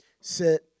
sit